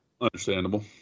Understandable